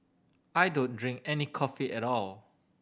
I don't drink any coffee at all